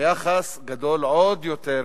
היחס גדול עוד יותר,